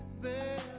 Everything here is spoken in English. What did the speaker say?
the